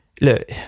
Look